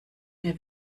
mir